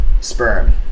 sperm